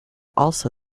also